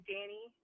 Danny